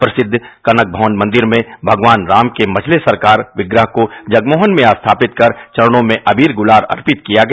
प्रसिद्ध कनक भवन मन्दिर मे भगवान राम के मझते सरकार विप्रह को जगमोहन में स्थापित कर वरणों में अबीर गुलाल अर्पित किया गया